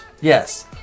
Yes